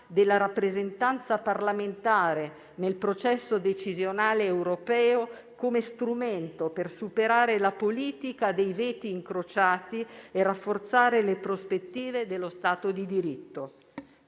della rappresentanza parlamentare nel processo decisionale europeo come strumento per superare la politica dei veti incrociati e rafforzare le prospettive dello Stato di diritto.